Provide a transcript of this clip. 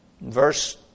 Verse